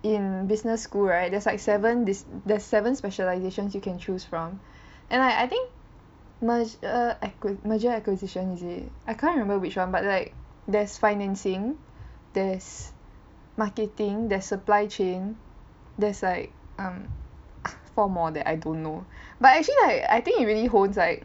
in business school right there's like seven dis~ there's like seven specialisation you can choose from and I I think merger~ merger acquisition is it I can't remember which one but like there's financing there is marketing there's supply chain there's like um four more that I don't know but actually I I think it really holds like